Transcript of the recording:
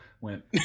went